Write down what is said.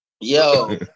Yo